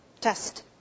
Test